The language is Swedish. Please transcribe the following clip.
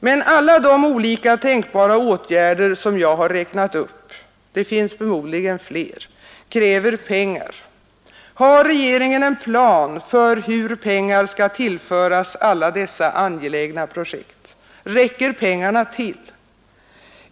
Men alla de olika tänkbara åtgärder som jag har räknat upp — det finns förmodligen fler — kräver pengar. Har regeringen en plan för hur pengar ska tillföras alla dessa angelägna projekt. Räcker pengarna till?